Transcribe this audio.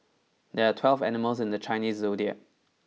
there are twelve animals in the Chinese Zodiac